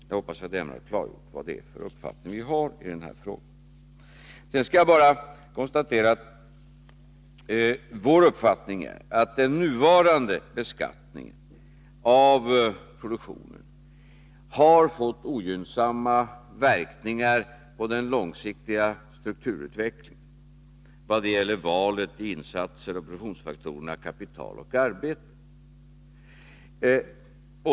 Jag hoppas att jag därmed har klargjort vår uppfattning i den frågan. Låt mig vidare konstatera att den nuvarande beskattningen av produktionen enligt vår uppfattning har fått ogynnsamma verkningar på den långsiktiga strukturutvecklingen i vad gäller valet av insatser och produktionsfaktorerna kapital och arbete.